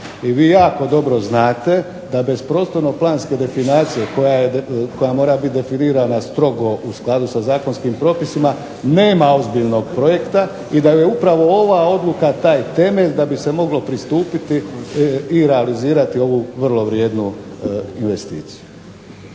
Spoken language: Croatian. I vi jako dobro znate da bez prostorno planske dokumentacije koja mora biti definirana strogo u skladu sa zakonskim propisima, nema ozbiljnog projekta i da je upravo ova odluka taj temelj da bi se moglo pristupiti i realizirati ovu vrlo vrijednu investiciju.